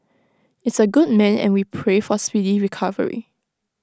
is A good man and we pray for speedy recovery